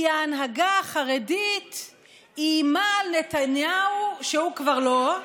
כי ההנהגה החרדית איימה על נתניהו שהוא כבר לא,